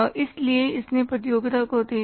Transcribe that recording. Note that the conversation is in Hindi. इसलिए इसने प्रतियोगिता को तेज किया